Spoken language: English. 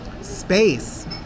space